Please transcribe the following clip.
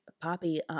Poppy